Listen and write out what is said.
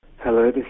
Hello